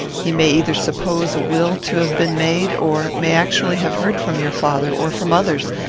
he may either suppose a will to have been made, or may actually have heard from your father, or from others,